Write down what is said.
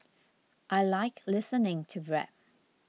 I like listening to rap